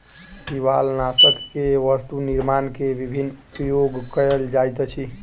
शिवालनाशक के वस्तु निर्माण में विभिन्न उपयोग कयल जाइत अछि